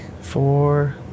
four